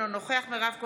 אינו נוכח מירב כהן,